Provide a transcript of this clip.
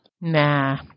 Nah